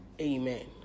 Amen